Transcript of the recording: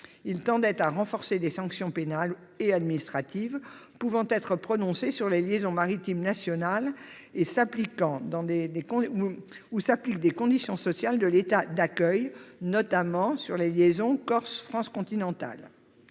ils tendaient à renforcer les sanctions pénales ou administratives pouvant être prononcées sur les liaisons maritimes nationales où s'appliquent les conditions sociales de l'État d'accueil, notamment sur les liaisons entre la Corse et la France continentale.